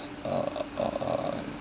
uh uh uh